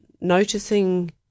noticing